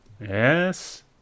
Yes